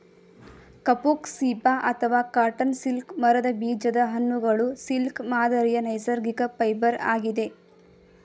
ಕಫುಕ್ ಸೀಬಾ ಅಥವಾ cotton silk ಮರದ ಬೀಜದ ಹಣ್ಣುಗಳು ಸಿಲ್ಕ್ ಮಾದರಿಯ ನೈಸರ್ಗಿಕ ಫೈಬರ್ ಆಗಿದೆ